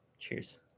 Cheers